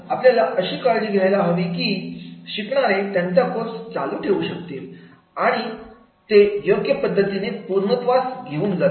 आणि म्हणून आपल्याला अशी काळजी घ्यायला हवी की शिकणारे त्यांचा कोर्स चालू ठेवू शकतील आणि आणि ते योग्य पद्धतीने पूर्णत्वास घेऊन जातील